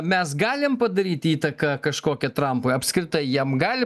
mes galim padaryt įtaką kažkokią trampui apskritai jam gali